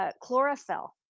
chlorophyll